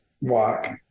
walk